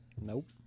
Nope